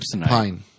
Pine